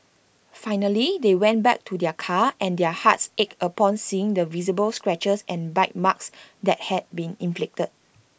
finally they went back to their car and their hearts ached upon seeing the visible scratches and bite marks that had been inflicted